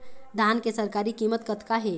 धान के सरकारी कीमत कतका हे?